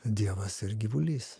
dievas ir gyvulys